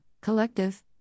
Collective